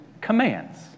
commands